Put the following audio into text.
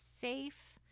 safe